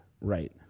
Right